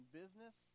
business